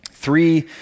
Three